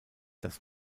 das